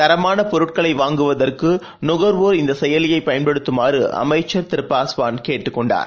தரமான பொருட்களை வாங்குவதற்கு நுகர்வோர் இந்த செயலியை பயன்படுத்துமாறு அமைச்சர் திரு பாஸ்வான் கேட்டுக்கொண்டார்